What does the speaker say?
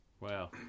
Wow